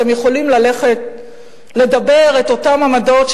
אתם יכולים ללכת לדבר על אותן עמדות,